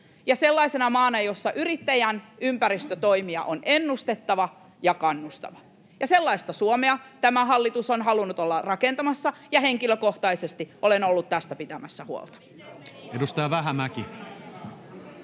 sellaisena maana, jossa yrittäjän ympäristötoimia on ennustettava ja kannustettava. Sellaista Suomea tämä hallitus on halunnut olla rakentamassa, ja henkilökohtaisesti olen ollut tästä pitämässä huolta.